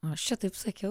aš čia taip sakiau